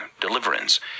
deliverance